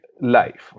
life